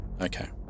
Okay